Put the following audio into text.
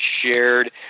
Shared